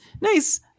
nice